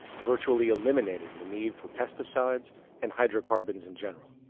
virtually eliminating the need for pesticides and hydrocarbons in general.